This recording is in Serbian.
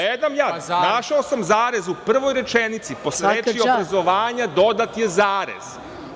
Gledam ja, našao sam zarez u prvoj rečenici, posle reči – obrazovanja, dodat je zarez.